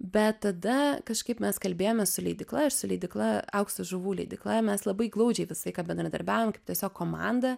bet tada kažkaip mes kalbėjomės su leidykla ir su leidykla aukso žuvų leidykla mes labai glaudžiai vis aiką bendradarbiavom kaip tiesiog komandą